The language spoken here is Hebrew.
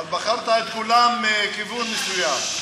אבל בחרת את כולם מכיוון מסוים.